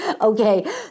Okay